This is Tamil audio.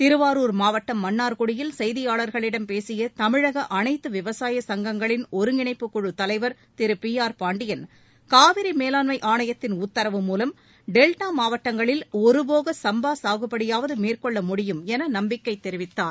திருவாரூர் மாவட்டம் மன்னா்குடியில் செய்தியாளர்களிடம் பேசிய தமிழக அனைத்து விவசாய சங்கங்களின் ஒருங்கிணைப்புக் குழுத்தலைவர் திரு பி ஆர் பாண்டியன் காவிரி மேலாண்மை ஆணையத்தின் உத்தரவு மூலம் டெல்டா மாவட்டங்களில் ஒரு போக சம்பா சாகுபடியாவது மேற்கொள்ள முடியும் என நம்பிக்கை தெரிவித்தார்